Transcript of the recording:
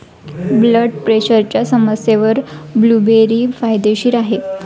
blood प्रेशरच्या समस्येवर blueberry फायदेशीर आहे